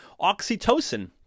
oxytocin